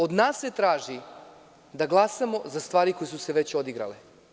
Od nas se traži da glasamo za stvari koje su se već odigrale.